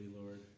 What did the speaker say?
Lord